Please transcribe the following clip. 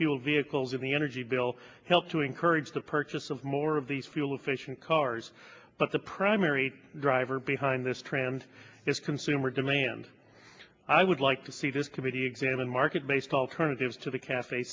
fuel vehicles in the energy bill help to encourage the purchase of more of these fuel efficient cars but the primary driver be in this trans is consumer demand i would like to see this committee examine market based alternatives to the cafe